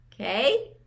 Okay